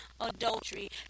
adultery